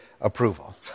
approval